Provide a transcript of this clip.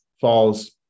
falls